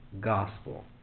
gospel